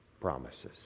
promises